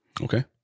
Okay